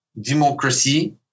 democracy